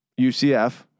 UCF